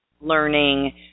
learning